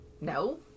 no